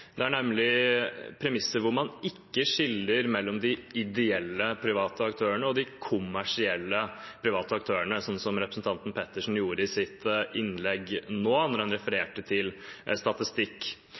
feil premiss, nemlig premisset hvor man ikke skiller mellom de ideelle private aktørene og de kommersielle private aktørene, slik representanten Pettersen gjorde i sitt innlegg nå, da han